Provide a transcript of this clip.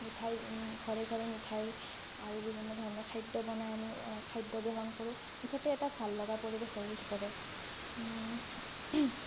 মিঠাই ঘৰে ঘৰে মিঠাই আৰু বিভিন্ন ধৰণৰ খাদ্য বনাই আমি খাদ্য গ্ৰহণ কৰোঁ মুঠতে এটা ভাল লগা পৰিৱেশ হৈ উঠি পৰে